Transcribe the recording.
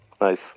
Nice